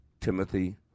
Timothy